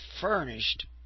furnished